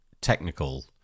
technical